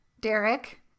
Derek